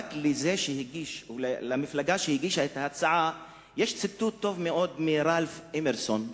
רק בשביל המפלגה שהגישה את ההצעה יש ציטוט טוב מאוד מראלף אמרסון.